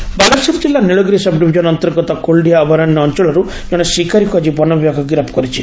ଶିକାରୀ ଗିରଫ ବାଲେଶ୍ୱର ଜିଲ୍ଲା ନୀଳଗିରି ସବ୍ଡିଭିଜନ ଅନ୍ତର୍ଗତ କୁଲଡିହା ଅଭୟାରଣ୍ୟ ଅଞ୍ଚଳରୁ ଜଶେ ଶିକାରୀକୁ ଆକି ବନବିଭାଗ ଗିରଫ କରିଛି